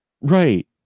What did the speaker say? Right